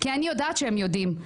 כי אני יודעת שהם יודעים.